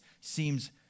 seems